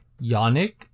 Yannick